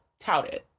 touted